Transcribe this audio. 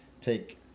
take